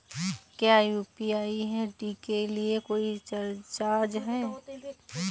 क्या UPI ID के लिए कोई चार्ज है?